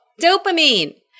dopamine